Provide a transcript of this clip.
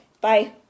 Bye